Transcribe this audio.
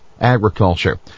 agriculture